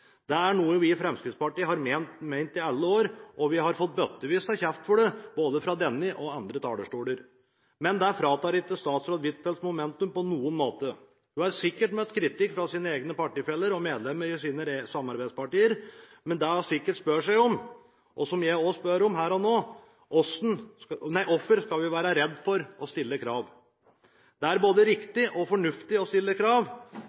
Det er noe vi i Fremskrittspartiet har ment i alle år, og vi har fått bøttevis av kjeft for det, både fra denne og andre talerstoler. Men det fratar ikke statsråd Huitfeldt momentum på noen måte. Hun har sikkert møtt kritikk fra sine egne partifeller og medlemmer i sine samarbeidspartier, men det hun sikkert spør seg om, og som jeg også spør om her og nå, er: Hvorfor skal vi være redd for å stille krav? Det er både riktig og fornuftig å stille krav.